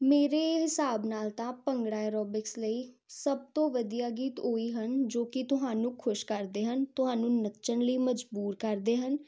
ਮੇਰੇ ਹਿਸਾਬ ਨਾਲ ਤਾਂ ਭੰਗੜਾ ਐਰੋਬਿਕਸ ਲਈ ਸਭ ਤੋਂ ਵਧੀਆ ਗੀਤ ਉਹੀ ਹਨ ਜੋ ਕਿ ਤੁਹਾਨੂੰ ਖੁਸ਼ ਕਰਦੇ ਹਨ ਤੁਹਾਨੂੰ ਨੱਚਣ ਲਈ ਮਜਬੂਰ ਕਰਦੇ ਹਨ